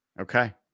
Okay